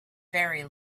very